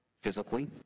physically